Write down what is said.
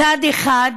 מצד אחד,